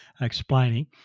explaining